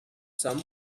some